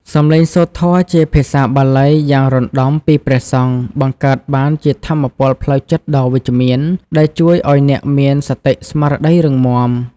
សម្លេងសូត្រធម៌ជាភាសាបាលីយ៉ាងរណ្តំពីព្រះសង្ឃ បង្កើតបានជាថាមពលផ្លូវចិត្តដ៏វិជ្ជមាន ដែលជួយឱ្យអ្នកមានសតិស្មារតីរឹងមាំ។